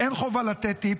אין חובה לתת טיפ,